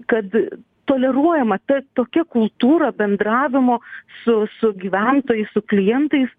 kad toleruojama ta tokia kultūra bendravimo su su gyventojais su klientais